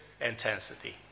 intensity